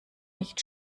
nicht